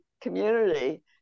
community